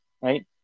right